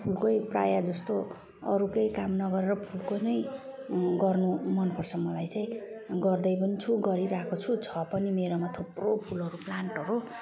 फुलकै प्रायःजस्तो अरू केही काम नगरेर फुलको नै गर्नु मनपर्छ मलाई चाहिँ गर्दै पनि छु गरिरहेको छु छ पनि मेरोमा थुप्रो फुलहरू प्लान्टहरू